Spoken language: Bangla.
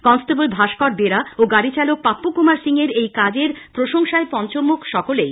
কনস্টেব্ল ভাস্কর বেরা ও গাড়িচালক পাপ্পু কুমার সিং এর এই কাজের প্রশংসায় পঞ্চমুখ সকলেই